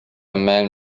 men